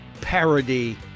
Parody